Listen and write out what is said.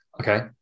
Okay